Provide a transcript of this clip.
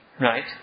right